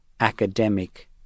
academic